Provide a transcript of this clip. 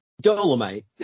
Dolomite